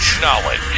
knowledge